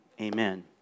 amen